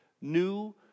new